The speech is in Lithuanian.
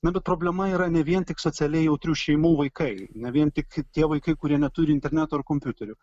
na bet problema yra ne vien tik socialiai jautrių šeimų vaikai ne vien tik tie vaikai kurie neturi interneto ar kompiuterių